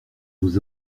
nous